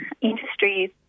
industries